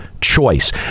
choice